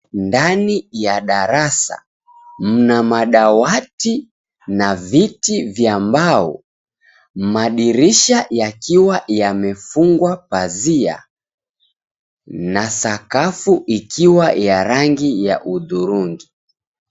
Ndani ya darasa mna madawati na viti vya mbao. Madirisha yakiwa yamefungwa pazia, na sakafu ikiwa ya rangi ya hudhurungi.